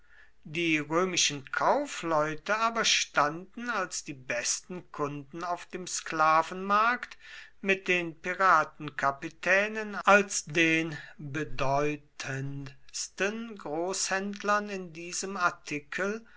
die römischen kaufleute aber standen als die besten kunden auf dem sklavenmarkt mit den piratenkapitänen als den bedeutendsten großhändlern in diesem artikel